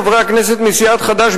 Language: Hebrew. חברי הכנסת מסיעת חד"ש,